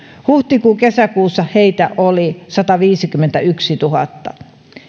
huhti kesäkuussa heitä oli sataviisikymmentätuhatta